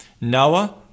Noah